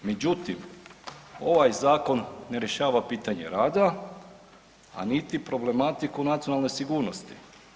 Međutim, ovaj zakon ne rješava pitanje rada, a niti problematiku nacionalne sigurnosti.